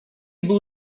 był